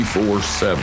24-7